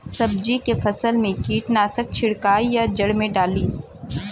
सब्जी के फसल मे कीटनाशक छिड़काई या जड़ मे डाली?